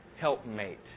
helpmate